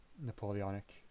Napoleonic